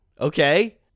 Okay